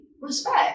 Respect